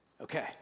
Okay